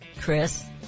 Chris